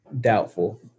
Doubtful